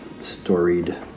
storied